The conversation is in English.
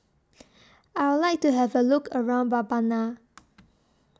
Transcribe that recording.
I Would like to Have A Look around Mbabana